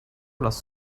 las